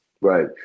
Right